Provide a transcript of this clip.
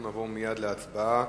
אנחנו נעבור מייד להצבעה.